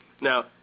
Now